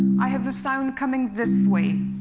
i have the sound coming this way.